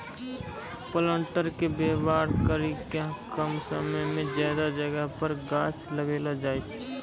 planter के वेवहार करी के कम समय मे ज्यादा जगह पर गाछ लगैलो जाय सकै छै